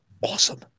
awesome